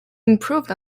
improved